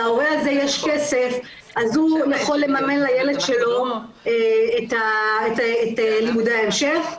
להורה הזה יש כסף אז הוא יכול לממן לילד שלו את לימודי ההמשך,